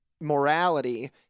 morality